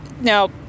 now